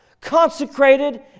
consecrated